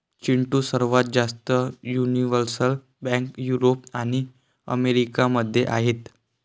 चिंटू, सर्वात जास्त universal bank Europe आणि अमेरिका मध्ये आहेत